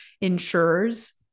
insurers